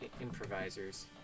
improvisers